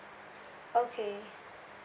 okay